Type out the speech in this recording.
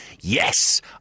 yes